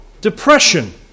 depression